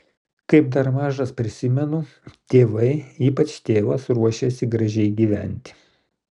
kaip dar mažas prisimenu tėvai ypač tėvas ruošėsi gražiai gyventi